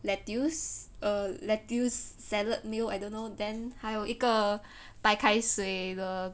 lettuce err lettuce salad meal I don't know then 还有一个白开水的